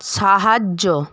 সাহায্য